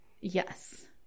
Yes